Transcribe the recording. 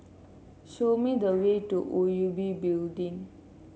show me the way to O U B Building